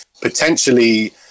potentially